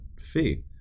fee